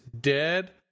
dead